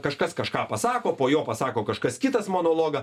kažkas kažką pasako po jo pasako kažkas kitas monologą